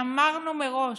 ואמרנו מראש,